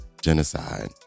Genocide